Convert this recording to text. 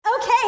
Okay